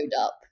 up